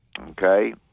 Okay